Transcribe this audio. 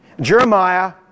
Jeremiah